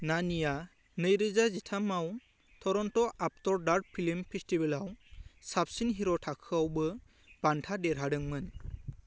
नानीआ नैरोजा जिथामआव Toronto after dark film festival आव साबसिन हिर' थाखोआवबो बान्था देरहादोंमोन